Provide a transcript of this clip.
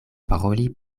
paroli